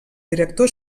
director